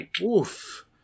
oof